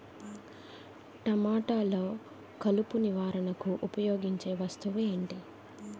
టమాటాలో కలుపు నివారణకు ఉపయోగించే వస్తువు ఏంటి?